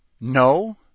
No